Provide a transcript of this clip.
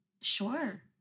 Sure